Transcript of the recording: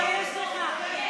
תתבייש לך.